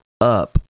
up